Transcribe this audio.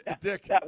Dick